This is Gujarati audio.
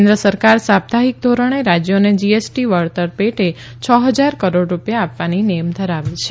કેન્દ્ર સરકાર સાપ્તાહિક ધોરણે રાજયોને જીએસટી વળતર પેટે છ ફજાર કરોડ રૂપિયા આપવાની નેમ ધરાવે છે